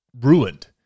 ruined